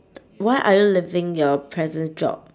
why are you leaving your present job